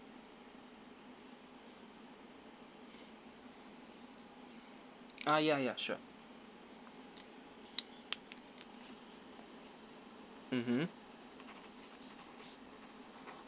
ah ya ya sure mmhmm